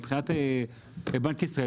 מבחינת בנק ישראל,